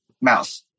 mouse